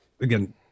again